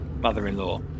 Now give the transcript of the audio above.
mother-in-law